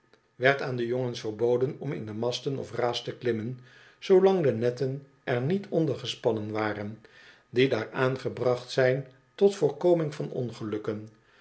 werd aan de jongens verboden om in de masten of raas te klimmen zoolang de netten er niet onder gespannen waren die daar aangebracht zijn tot voorkoming van ongelukken